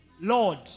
Lord